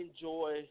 enjoy